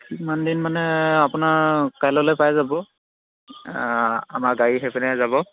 কিমানদিন মানে আপোনাৰ কাইলৈলে পাই যাব আমাৰ গাড়ী সেইপিনে যাব